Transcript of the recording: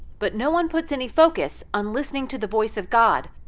but no one puts any focus on listening to the voice of god,